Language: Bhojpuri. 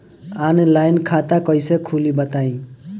आनलाइन खाता कइसे खोली बताई?